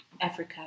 Africa